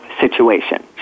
situation